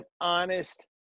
honest